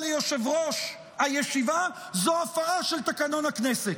ליושב-ראש הישיבה זו הפרה של תקנון הכנסת,